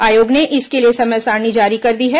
आयोग ने इसके लिए समय सारणी जारी कर दी है